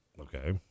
Okay